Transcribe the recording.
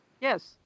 yes